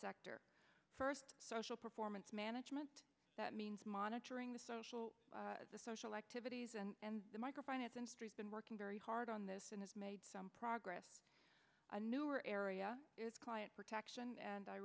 sector first social performance management that means monitoring the social the social activities and the micro finance industry been working very hard on this and has made some progress a newer area is client protection and i